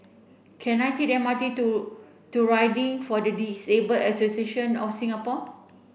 can I take the M R T to to Riding for the Disable Association of Singapore